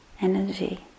energy